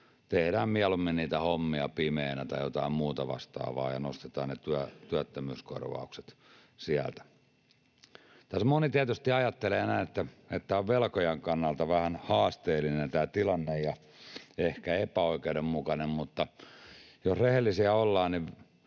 tehdään mieluummin niitä hommia pimeänä tai jotain muuta vastaavaa ja nostetaan ne työttömyyskorvaukset sieltä. Tässä moni tietysti ajattelee näin, että tämä tilanne on velkojan kannalta vähän haasteellinen ja ehkä epäoikeudenmukainen. Mutta jos rehellisiä ollaan,